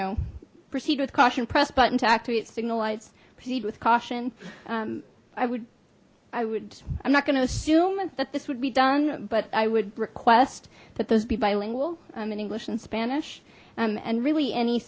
know proceed with caution press button to activate signal lights proceed with caution i would i would i'm not going to assume that this would be done but i would request that those be bilingual i'm in english in spanish and really any